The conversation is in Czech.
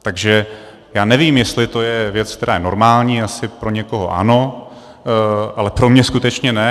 Takže já nevím, jestli to je věc, která je normální, asi pro někoho ano, ale pro mě skutečně ne.